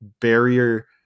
barrier